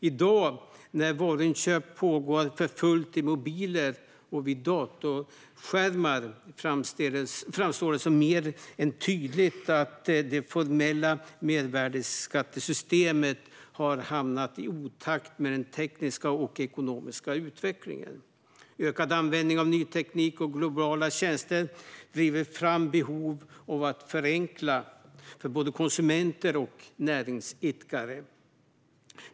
I dag, när varuinköp pågår för fullt i mobiler och vid datorskärmar, framstår det som mer än tydligt att det formella mervärdesskattesystemet har hamnat i otakt med den tekniska och ekonomiska utvecklingen. Ökad användning av ny teknik och globala tjänster driver fram behov av att förenkla för både konsumenter och näringsidkare.